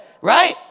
Right